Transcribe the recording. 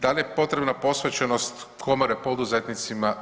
Da li je potrebna posvećenost komore poduzetnicima?